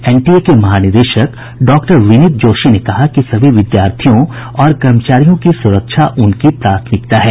NTA के महानिदेशक doctor Vineet Joshi ने कहा कि सभी विद्यार्थियों और कर्मचारियों की सुरक्षा उनकी प्राथमकिता है